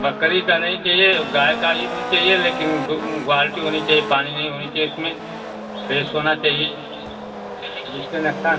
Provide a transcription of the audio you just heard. बकरी का नहीं चाहिए गाय का ही दूध चाहिए लेकिन ग्वालटी होनी चाहिए पानी नहीं होनी चाहिए उसमें फ्रेस होना चाहिए जिससे नुकसान